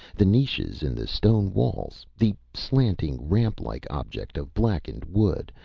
the niches in the stone walls? the slanting, ramplike object of blackened wood,